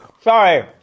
Sorry